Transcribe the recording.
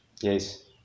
Yes